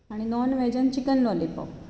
आनी नॉन वेजांत chicken lollipop